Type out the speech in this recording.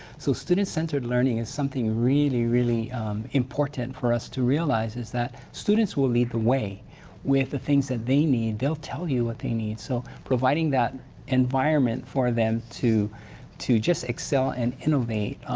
so student centered learning is something really really important for us to realize, is that students will lead the way with the things that they'll need, they'll tell you what they need. so providing that environment for them to to just excel and innovate,